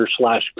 slash